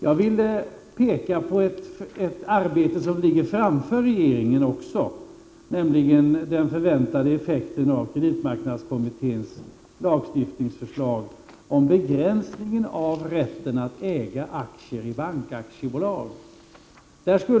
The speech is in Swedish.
Jag vill peka på ett arbete som ligger framför regeringen, nämligen den förväntade effekten av kreditmarknadskommitténs lagstiftningsförslag om begränsningen av rätten att äga aktier i bankaktiebolag.